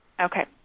Okay